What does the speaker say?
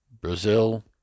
Brazil